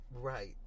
Right